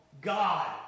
God